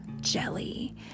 jelly